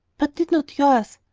but did not yours?